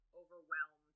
overwhelmed